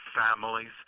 families